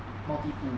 maltipoo